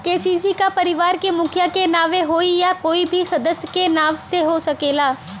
KCC का परिवार के मुखिया के नावे होई या कोई भी सदस्य के नाव से हो सकेला?